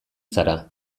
zara